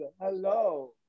hello